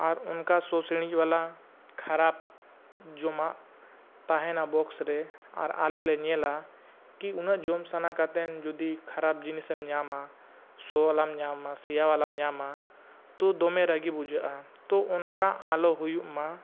ᱟᱨ ᱚᱱᱠᱟ ᱥᱚ ᱥᱤᱬᱤᱡᱵᱟᱞᱟ ᱠᱷᱟᱨᱟᱯ ᱡᱚᱢᱟᱜ ᱛᱟᱦᱮᱱᱟ ᱵᱚᱠᱥᱨᱮ ᱟᱨ ᱟᱞᱮᱞᱮ ᱧᱮᱞᱟ ᱠᱤ ᱩᱱᱟᱹᱜ ᱡᱚᱢ ᱥᱟᱱᱟ ᱠᱟᱛᱮᱱ ᱡᱩᱫᱤ ᱠᱷᱟᱨᱟᱯ ᱡᱤᱱᱤᱥᱮᱢ ᱧᱟᱢᱟ ᱥᱚᱵᱟᱞᱟᱢ ᱧᱟᱢᱟ ᱥᱮᱭᱟ ᱵᱟᱞᱟᱢ ᱧᱟᱢᱟ ᱛᱚ ᱫᱚᱢᱮ ᱨᱟᱜᱤ ᱵᱩᱡᱷᱟᱹᱜᱼᱟ ᱛᱚ ᱚᱱᱠᱟ ᱟᱞᱚ ᱦᱩᱭᱩᱜ ᱢᱟ